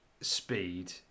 speed